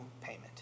payment